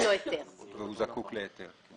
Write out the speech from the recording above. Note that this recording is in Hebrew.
היתר והוא זקוק להיתר.